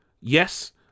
Yes